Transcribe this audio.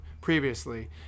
previously